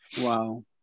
Wow